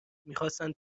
میخواستند